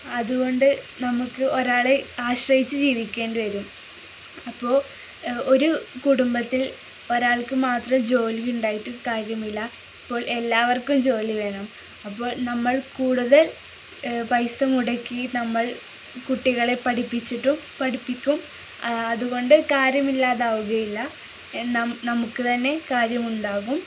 അതുകൊണ്ടു നമുക്ക് ഒരാളെ ആശ്രയിച്ചു ജീവിക്കേണ്ടി വരും അപ്പോള് ഒരു കുടുംബത്തിൽ ഒരാൾക്കു മാത്രം ജോലിയുണ്ടായിട്ടു കാര്യമില്ല ഇപ്പോൾ എല്ലാവർക്കും ജോലി വേണം അപ്പോൾ നമ്മൾ കൂടുതൽ പൈസ മുടക്കി നമ്മൾ കുട്ടികളെ പഠിപ്പിച്ചിട്ടും പഠിപ്പിക്കും അതുകൊണ്ടു കാര്യമില്ലാതാവുകയില്ല നമുക്കു തന്നെ കാര്യമുണ്ടാകും